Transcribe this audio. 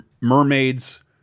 mermaids